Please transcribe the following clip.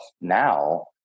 now